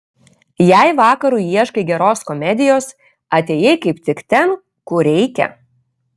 jei vakarui ieškai geros komedijos atėjai kaip tik ten kur reikia